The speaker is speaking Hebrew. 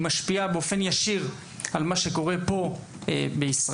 משפיעה באופן ישיר על מה שקורה פה בישראל.